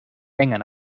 länger